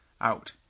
out